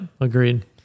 Agreed